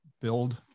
build